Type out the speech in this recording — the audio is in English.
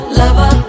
lover